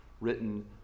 written